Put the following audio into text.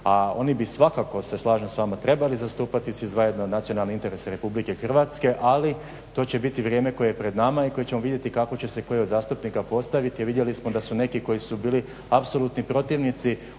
A oni bi svakako se slažem sa vama trebali zastupati svi zajedno nacionalne interese Republike Hrvatske. Ali to će biti vrijeme koje je pred nama i koje ćemo vidjeti kako će se koji od zastupnika postaviti. A vidjeli smo da su neki koji su bili apsolutni protivnici